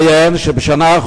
תודה.